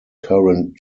current